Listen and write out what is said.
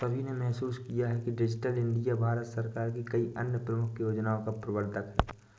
सभी ने महसूस किया है कि डिजिटल इंडिया भारत सरकार की कई अन्य प्रमुख योजनाओं का प्रवर्तक है